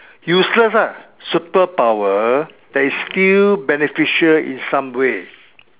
useless lah superpower that is still beneficial in some way